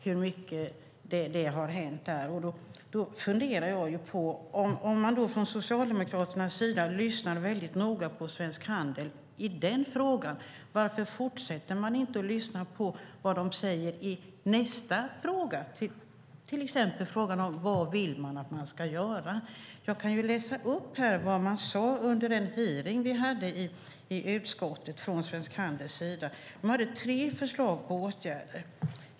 Om man från Socialdemokraternas sida lyssnar noga på Svensk Handel i den frågan, varför fortsätter man inte och lyssnar på vad de säger i nästa fråga, till exempel vad som ska göras? Jag kan läsa upp vad man sade från Svensk Handels sida under den hearing vi hade i utskottet. De hade tre förslag på åtgärder.